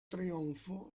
trionfo